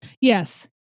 Yes